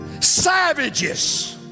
savages